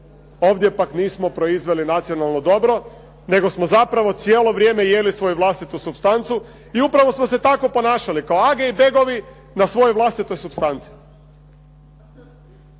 Ovdje pak nismo proizveli nacionalno dobro, nego smo zapravo cijelo vrijeme jeli svoju vlastitu supstancu. I upravo smo se tako ponašali kao age i begovi na svojoj vlastitoj supstanci.